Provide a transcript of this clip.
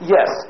Yes